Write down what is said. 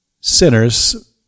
sinners